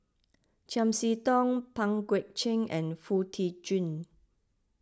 Chiam See Tong Pang Guek Cheng and Foo Tee Jun